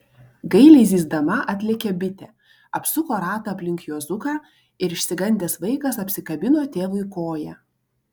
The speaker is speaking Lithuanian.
gailiai zyzdama atlėkė bitė apsuko ratą aplink juozuką ir išsigandęs vaikas apsikabino tėvui koją